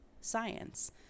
science